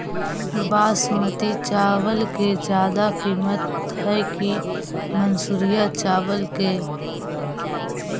बासमती चावल के ज्यादा किमत है कि मनसुरिया चावल के?